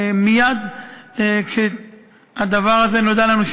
מייד כשהדבר הזה נודע לנו,